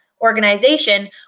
organization